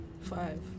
Five